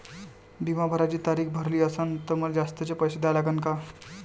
बिमा भराची तारीख भरली असनं त मले जास्तचे पैसे द्या लागन का?